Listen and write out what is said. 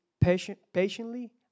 patiently